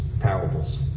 parables